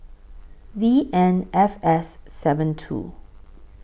V N F S seven two